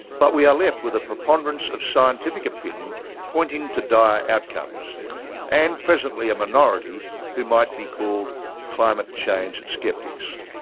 but we are left with a preponderance of scientific opinion pointing to dire outcomes and presently a minority who might be called climate change sceptics.